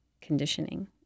conditioning